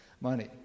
money